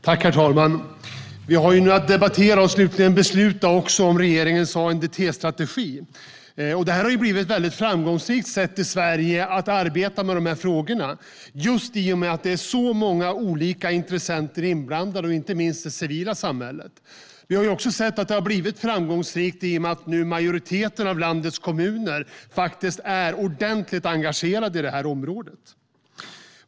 Herr talman! Vi har att debattera och slutligen besluta om regeringens ANDT-strategi. Det här har blivit ett väldigt framgångsrikt sätt i Sverige att arbeta med de här frågorna, just i och med att det är så många olika intressenter inblandade, inte minst det civila samhället. Vi har också sett att det har blivit framgångsrikt i och med att majoriteten av landets kommuner nu faktiskt är ordentligt engagerade på det här området.